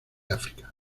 áfrica